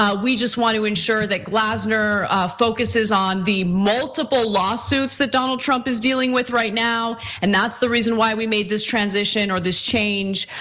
um we just want to ensure that glassner focuses on the multiple lawsuits that donald trump is dealing with right now. and that's the reason why we made this transition, or this change.